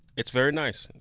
it's very nice.